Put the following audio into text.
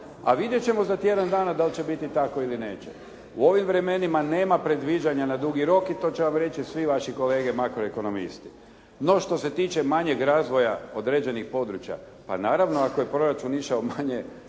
a vidjet ćemo za tjedan dana da li će biti tako ili neće. U ovim vremenima nema predviđanja na dugi rok i to će vam reći svi vaši kolege makroekonomisti. No, što se tiče manjeg razvoja određenih područja. Pa naravno ako je proračun išao manje